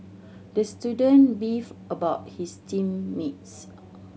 the student beefed about his team mates